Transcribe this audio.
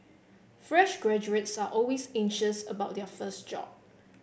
fresh graduates are always anxious about their first job